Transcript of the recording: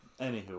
Anywho